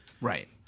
Right